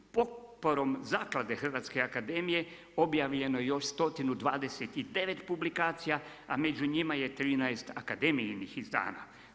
Potporom zaklade Hrvatske akademije objavljeno je još 129 publikacija a među njima je 13 akademijinih izdanja.